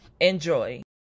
Enjoy